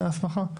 הסמכה?